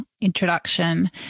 introduction